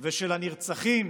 ושל הנרצחים,